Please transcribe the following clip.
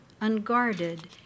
unguarded